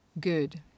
good